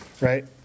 right